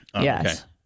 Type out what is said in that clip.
Yes